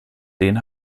den